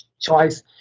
choice